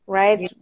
right